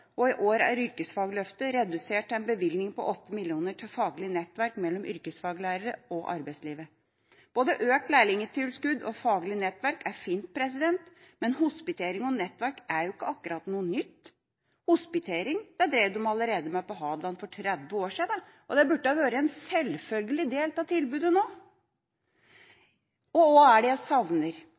og i år er yrkesfagløftet redusert til en bevilgning på 8 mill. kr til faglig nettverk mellom yrkesfaglærere og arbeidslivet. Både økt lærlingtilskudd og faglig nettverk er fint, men hospitering og nettverk er ikke akkurat noe nytt. Hospitering drev de med på Hadeland allerede for 30 år siden, og det burde ha vært en selvfølgelig del av tilbudet nå. Hva er det jeg savner?